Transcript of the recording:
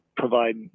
Provide